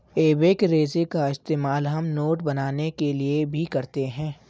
एबेक रेशे का इस्तेमाल हम नोट बनाने के लिए भी करते हैं